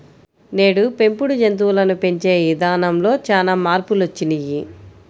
నేడు పెంపుడు జంతువులను పెంచే ఇదానంలో చానా మార్పులొచ్చినియ్యి